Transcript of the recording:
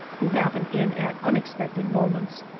who happened in at unexpected moments,